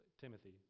Timothy